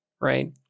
right